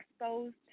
exposed